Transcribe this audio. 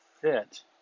fit